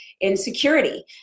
insecurity